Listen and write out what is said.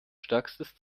stärkstes